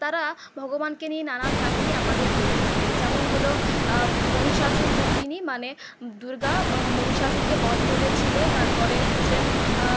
তারা ভগবানকে নিয়ে নানানা কাহিনি আমাদেরকে বলে থাকেন যেমন হল মহিষাসুরমর্দিনী মানে দুর্গা মহিষাসুরকে বধ করেছিল তারপরে হচ্ছে